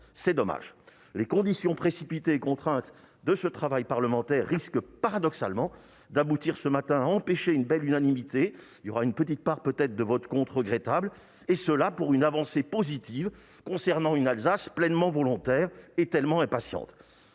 C'est dommage. Les conditions précipitées et contraintes de ce travail parlementaire risquent paradoxalement d'aboutir ce matin à empêcher une belle unanimité- il y aura peut-être une petite part de votes négatifs, ce qui est regrettable -sur cette avancée positive concernant une Alsace pleinement volontaire et tellement impatiente.